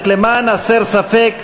ו-2014),